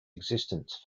existence